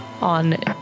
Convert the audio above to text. on